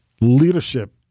leadership